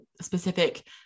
specific